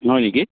নহয় নেকি